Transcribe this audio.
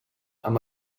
amb